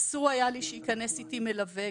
אסור היה לי שייכנס איתי מלווה,